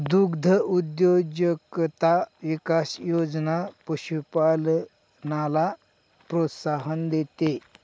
दुग्धउद्योजकता विकास योजना पशुपालनाला प्रोत्साहन देते